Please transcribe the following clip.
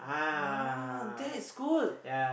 ah that is good